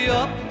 up